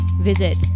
visit